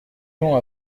long